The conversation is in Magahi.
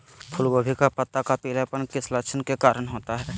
फूलगोभी का पत्ता का पीलापन किस लक्षण के कारण होता है?